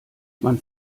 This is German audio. man